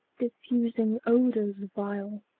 diffusing odors vile,